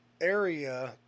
area